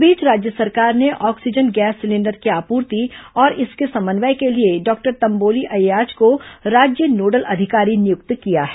इस बीच राज्य सरकार ने ऑक्सीजन गैस सिलेंडर की आपूर्ति और इसके समन्वय के लिए डॉक्टर तंबोली अय्याज को राज्य नोडल अधिकारी नियुक्त किया है